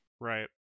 Right